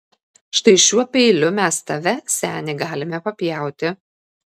štai šiuo peiliu mes tave seni galime papjauti